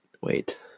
Wait